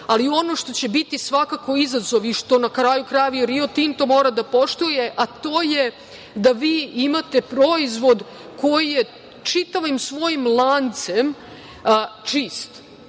ali ono što će biti svakako izazov i što, na kraju krajeva, „Rio Tinto“ mora da poštuje, a to je da vi imate proizvod koji je čitavim svojim lancem